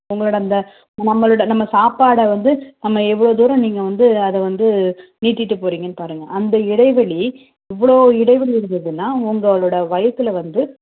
உங்களோடய அந்த நம்மளோடய நம்ம சாப்பாடை வந்து நம்ம இவ்வளோ தூரம் நீங்கள் வந்து அதை வந்து நீட்டிகிட்டு போகிறீங்கன்னு பாருங்க அந்த இடைவெளி இவ்வளோ இடைவெளி இருந்துதுன்னால் உங்களோடய வயிற்றுல வந்து